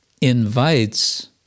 invites